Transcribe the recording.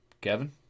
Kevin